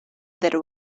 that